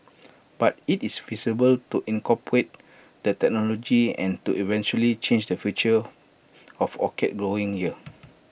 but IT is feasible to incorporate that technology and to eventually change the future of orchid growing here